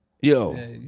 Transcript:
yo